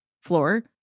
floor